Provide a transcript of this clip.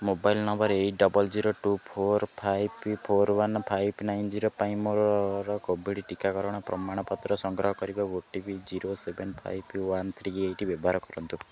mobile number eight double zero two four five four one five nine zero ପାଇଁ ମୋର COVID ଟିକାକରଣ ପ୍ରମାଣପତ୍ର ସଂଗ୍ରହ କରିବାକୁ O T P zero seven five one three eight ବ୍ୟବହାର କରନ୍ତୁ